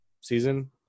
season